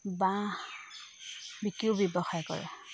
বাঁহ বিকিও ব্যৱসায় কৰে